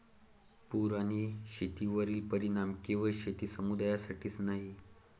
पूर आणि शेतीवरील परिणाम केवळ शेती समुदायासाठीच नाही